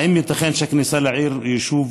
האם ייתכן שהכניסה לעיר יישוב